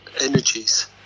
energies